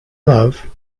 love